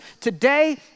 Today